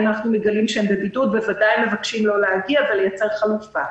אם אנחנו מגלים שהם בבידוד בוודאי מבקשים לא להגיע ולייצר חלופה.